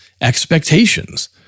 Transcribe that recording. expectations